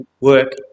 work